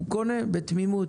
הוא קונה בתמימות.